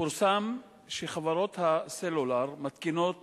פורסם שחברות הסלולר מתקינות